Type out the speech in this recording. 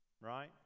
right